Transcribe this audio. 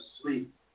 sleep